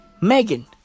Megan